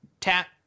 tap